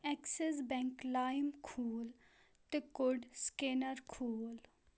Axis bank lime ک ھوٗل تہٕ کوٚڈ سِکینَر کھوٗل